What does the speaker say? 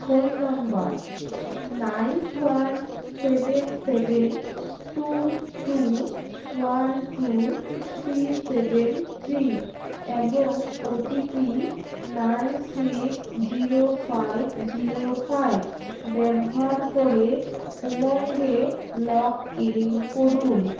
phone number nine one seven seven two two one two three seven three এবং OTP nine six zero five zero five ব্যবহার করে উমঙ্গে log in করুন